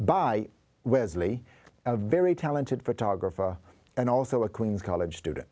by wesley a very talented photographer and also a queens college student